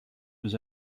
was